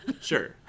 Sure